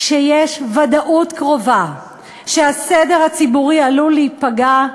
כשיש ודאות קרובה שהסדר הציבורי עלול להיפגע,